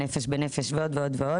נפש בנפש ועוד ועוד,